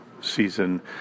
season